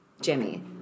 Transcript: Jimmy